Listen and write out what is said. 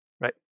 Right